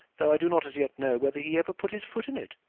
though i do not as yet know whether he ever put his foot in it.